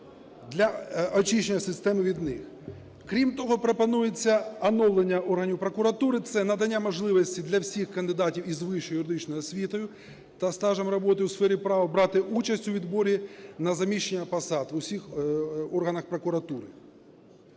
для очищення системи від них. Крім того пропонується оновлення органів прокуратури. Це надання можливості для всіх кандидатів з вищою юридичною освітою та стажем роботи у сфері права брати участь у відборі на заміщення посад в усіх органах прокуратури.